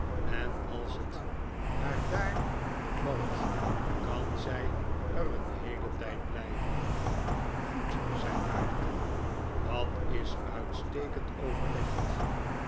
en als het haar daar bevalt kan zij er een heelen tijd blijven goed zei maarten dat is uitstekend overlegd